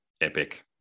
epic